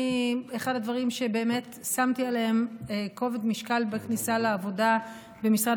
אחד הדברים ששמתי עליהם כובד משקל בכניסה לעבודה במשרד